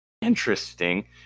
interesting